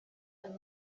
imiti